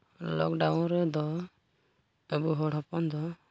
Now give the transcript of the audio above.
lockdown ᱨᱮᱫᱚ ᱟᱵᱚ ᱦᱚᱲ ᱦᱚᱯᱚᱱ ᱫᱚ